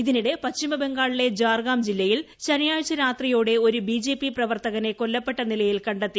ഇതിനിടെ പശ്ചിമ ബംഗാളിലെ ഝാർഗാം ജില്ലയിൽ ശനിയാഴ്ച രാത്രിയോടെ ഒരു ബിജെപി പ്രവർത്തകനെ കൊല്ലപ്പെട്ട നിലയിൽ കണ്ടെത്തി